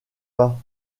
pas